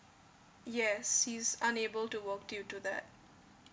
yes he's unable to work due to that